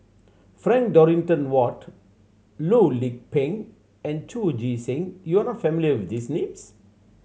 Frank Dorrington Ward Loh Lik Peng and Chu Chee Seng you are not familiar with these names